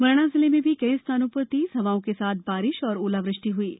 मुरैना जिले में भी कई स्थानों प्र तेज हवाओं के साथ बारिश और ओलावृष्टि ह्यी है